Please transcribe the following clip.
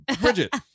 Bridget